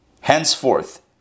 henceforth